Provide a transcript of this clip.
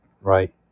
right